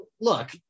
look